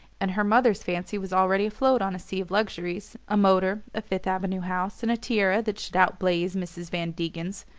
and her mother's fancy was already afloat on a sea of luxuries a motor, a fifth avenue house, and a tiara that should out-blaze mrs. van degen's